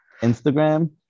Instagram